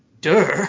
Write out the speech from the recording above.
Duh